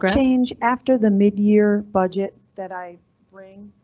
change after the mid year budget that i bring,